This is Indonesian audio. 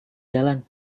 jalan